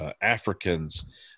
Africans